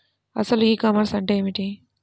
అసలు e commerce అంటే ఏమిటి?